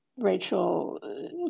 Rachel